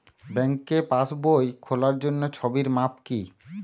ব্যাঙ্কে পাসবই খোলার জন্য ছবির মাপ কী?